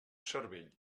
cervell